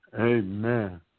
Amen